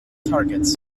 targets